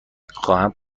خواهم